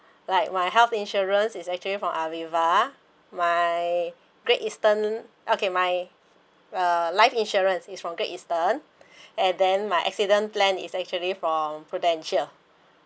like my health insurance is actually from Aviva my Great Eastern okay my uh life insurance is from Great Eastern and then my accident plan is actually from Prudential